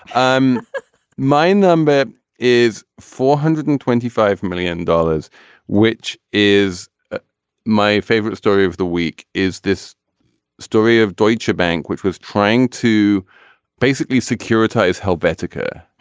um my number is four hundred and twenty five million dollars which is ah my favorite story of the week is this story of deutsche bank which was trying to basically securitize helvetica.